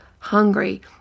hungry